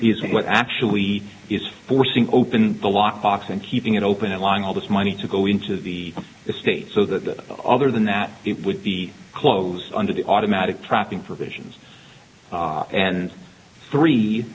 r is what actually is forcing open the lock box and keeping it open and lying all this money to go into the estate so that other than that it would be closed under the automatic tracking for visions and three